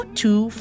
two